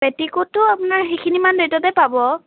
পেটিকোটো আপোনাৰ সেইখিনিমান ৰেটতে পাব